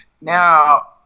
Now